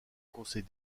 conseil